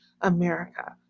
America